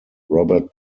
robert